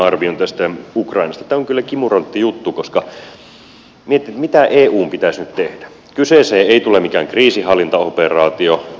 tämä on kyllä kimurantti juttu koska kun miettii mitä eun pitäisi nyt tehdä kyseeseen ei tule mikään kriisinhallintaoperaatio